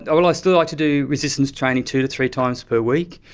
ah well, i still like to do resistance training two to three times per week,